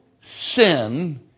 sin